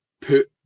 put